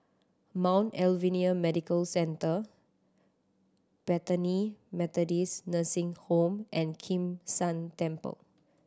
Mount Alvernia Medical Centre Bethany Methodist Nursing Home and Kim San Temple